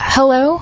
Hello